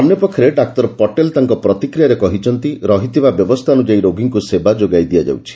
ଅନ୍ୟ ପକ୍ଷରେ ଡାକ୍ତର ପଟେଲ୍ ତାଙ୍କ ପ୍ରତିକ୍ରିୟାରେ କହିଛନ୍ତି ରହିଥିବା ବ୍ୟବସ୍ଥା ଅନୁଯାୟୀ ରୋଗୀଙ୍କୁ ସେବା ଯୋଗାଇ ଦିଆଯାଉଛି